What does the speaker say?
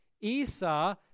Esau